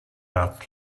rád